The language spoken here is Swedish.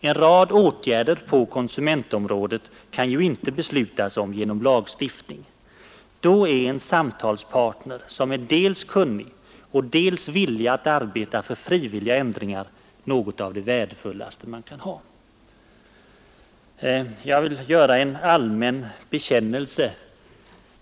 En rad åtgärder på konsumentområdet kan ju inte beslutas om genom lagstiftning. Då är en samtalspartner som är dels kunnig, dels villig att arbeta för frivilliga ändringar något av det värdefullaste man kan ha. Till sist, herr talman, en allmän bekännelse.